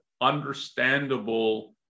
understandable